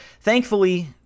Thankfully